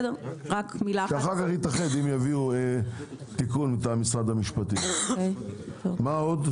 אם יביאו תיקון מטעם משרד המשפטים, נתאחד.